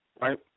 right